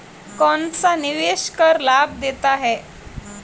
कौनसा निवेश कर लाभ देता है?